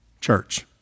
Church